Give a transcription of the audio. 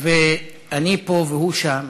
ואני פה, והוא שם,